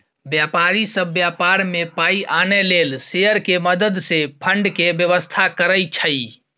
व्यापारी सब व्यापार में पाइ आनय लेल शेयर के मदद से फंड के व्यवस्था करइ छइ